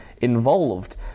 involved